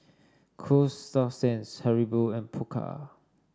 Coasta Sands Haribo and Pokka